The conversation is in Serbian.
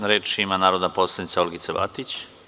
Reč ima narodna poslanica Olgica Batić.